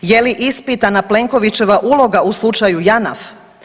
Je li ispitana Plenkovićeva uloga u slučaju Janaf?